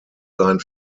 sein